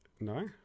no